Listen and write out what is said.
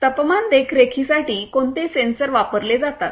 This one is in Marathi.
तापमान देखरेखीसाठी कोणते सेन्सर वापरले जातात